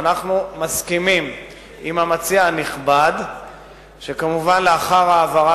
ואנחנו מסכימים עם המציע הנכבד שכמובן לאחר העברה